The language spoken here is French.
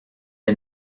est